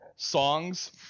songs